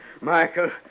Michael